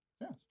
yes